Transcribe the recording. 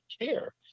care